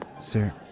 Sir